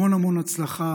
המון המון הצלחה.